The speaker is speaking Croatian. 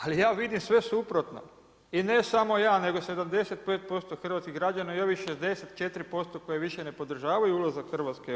Ali ja vidim sve suprotno i ne samo ja nego 75% hrvatskih građana i ovih 64% koji više ne podržavaju ulazak Hrvatske u EU.